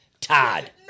Todd